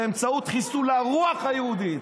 באמצעות חיסול הרוח היהודית.